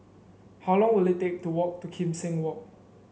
how long will it take to walk to Kim Seng Walk